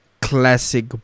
classic